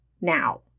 now